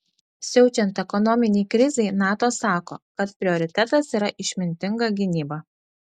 siaučiant ekonominei krizei nato sako kad prioritetas yra išmintinga gynyba